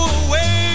away